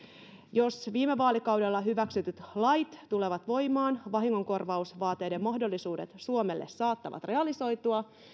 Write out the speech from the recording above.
jos viime vaalikaudella hyväksytyt lait tulevat voimaan vahingonkorvausvaateiden mahdollisuudet suomelle saattavat realisoitua